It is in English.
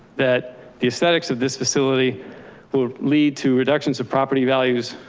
that the aesthetics of this facility will lead to reductions of property values,